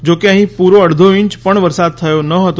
જો કે અહી પુરો અડધો ઇંચ પણ વરસાદ થયો ન હતો